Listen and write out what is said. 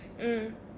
mm